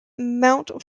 mount